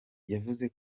yavuze